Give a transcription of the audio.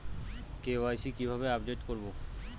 KYC কিভাবে update করব?